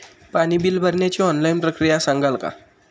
पाणी बिल भरण्याची ऑनलाईन प्रक्रिया सांगाल का?